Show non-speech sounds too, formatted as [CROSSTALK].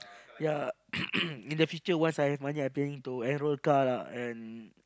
yea [COUGHS] in the future once I've money I planning to enrol car lah and